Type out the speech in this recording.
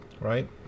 right